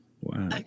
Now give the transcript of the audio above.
Wow